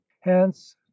hence